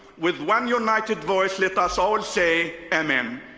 with one united voice, let us all say, amen.